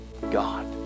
God